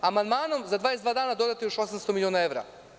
Amandmanom za 22 dana dodajete još 800 miliona evra.